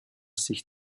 sich